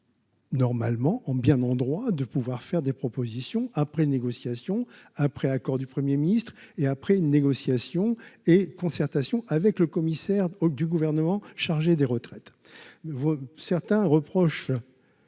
Normalement on bien en droit de pouvoir faire des propositions après négociations un accord du 1er ministre et après une négociation et concertation avec le commissaire du gouvernement chargé des retraites, certains reprochent